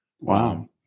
Wow